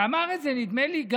אמר את זה גם, נדמה לי,